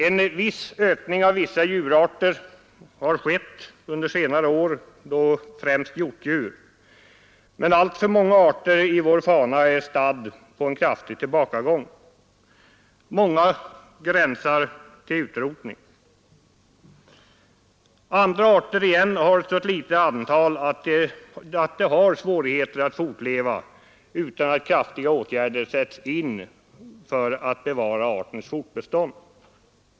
En viss ökning av några vilda djurarter har skett under senare år, främst i fråga om hjortdjur. Men alltför många arter i vår fauna är stadda på en kraftig tillbakagång. Flera står på gränsen till utrotning. Andra arter finns i ett så litet antal att de har svårigheter att fortleva om inte kraftiga åtgärder sätts in för att trygga deras fortbestånd.